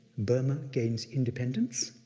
burma gains independence,